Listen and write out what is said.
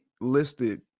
listed